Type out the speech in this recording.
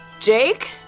Jake